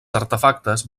artefactes